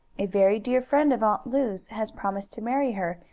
a very dear friend of aunt lu's has promised to marry her,